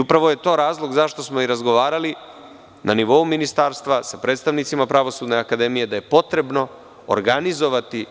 Upravo je to razlog zašto smo i razgovarali na nivou ministarstva sa predstavnicima Pravosudne akademije, da je potrebno organizovati